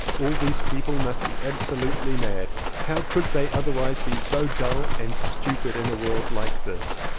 all these people must be absolutely mad how could they otherwise be so dull and stupid in a world like this?